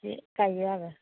बिदि गायो आरो